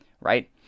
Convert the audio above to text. right